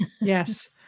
Yes